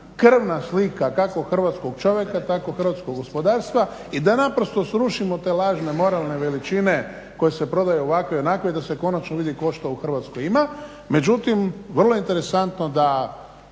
krvna slika kako hrvatskog čovjeka tako hrvatskog gospodarstva i da naprosto srušimo te lažne moralne veličine koje se prodaju ovakve, onakve i da se konačno vidi tko što u Hrvatskoj ima. Međutim, vrlo je interesantno da